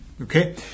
okay